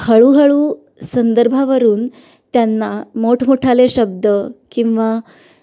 हळूहळू संदर्भावरून त्यांना मोठमोठाले शब्द किंवा